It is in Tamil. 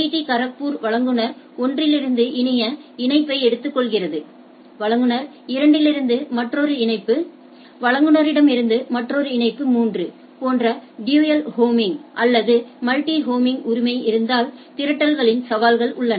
டி கரக்பூர் வழங்குநர் 1 இலிருந்து இணைய இணைப்பை எடுத்துக்கொள்கிறது வழங்குநர் 2 இலிருந்து மற்றொரு இணைப்பு வழங்குநரிடமிருந்து மற்றொரு இணைப்பு 3 போன்ற டூயல் ஹோமிங் அல்லது மல்டி ஹோமிங் உரிமை இருந்தால் திரட்டல்களில் சவால்கள் உள்ளன